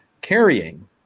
carrying